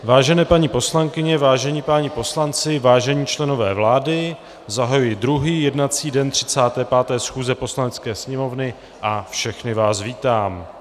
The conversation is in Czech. Vážené paní poslankyně, vážení páni poslanci, vážení členové vlády, zahajuji druhý jednací den 35. schůze Poslanecké sněmovny a všechny vás vítám.